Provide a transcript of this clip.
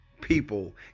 people